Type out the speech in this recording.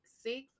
six